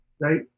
right